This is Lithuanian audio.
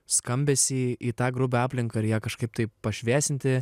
skambesį į tą grubią aplinką ir ją kažkaip taip pašviesinti